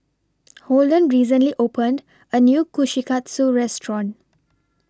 Holden recently opened A New Kushikatsu Restaurant